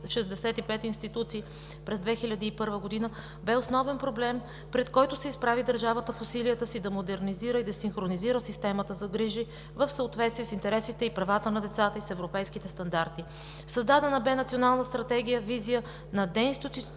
165 институции през 2001 г., бе основен проблем, пред който се изправи държавата в усилията си да модернизира, да синхронизира системата за грижи в съответствие с интересите и правата на децата и с европейските стандарти. Създадена бе Национална стратегия с визия за деинституционализацията